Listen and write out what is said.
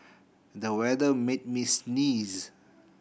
the weather made me sneeze